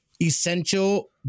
essential